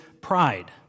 pride